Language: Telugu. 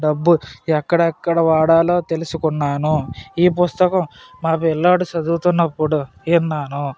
డబ్బు ఎక్కడెక్కడ వాడాలో తెలుసుకున్నాను ఈ పుస్తకం మా పిల్లోడు చదువుతున్నప్పుడు విన్నాను